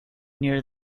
near